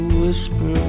whisper